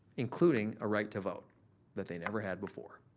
including a right to vote that they never had before.